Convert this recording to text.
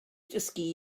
dysgu